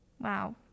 Wow